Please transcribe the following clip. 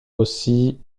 aussi